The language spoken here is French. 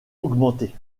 augmentée